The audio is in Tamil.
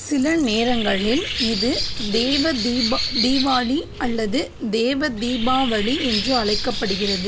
சில நேரங்களில் இது தேவ தீவாளி அல்லது தேவ தீபாவளி என்று அழைக்கப்படுகிறது